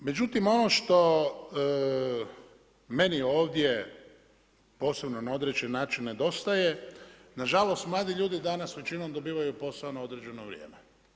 Međutim, ono što meni ovdje posebno na određen način nedostaje na žalost mladi ljudi danas većinom dobivaju posao na određeno vrijeme.